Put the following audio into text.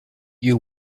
you